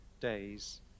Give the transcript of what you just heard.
days